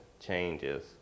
changes